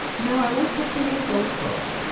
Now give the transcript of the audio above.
no, i won't take any of those books.